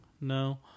No